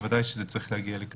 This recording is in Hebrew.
ודאי שזה צריך להגיע לכאן.